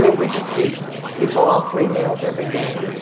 i mean we just feed people all three meals every day.